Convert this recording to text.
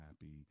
happy